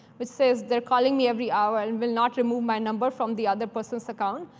which says, they're calling me every hour and will not remove my number from the other person's account,